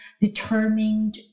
determined